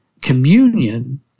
communion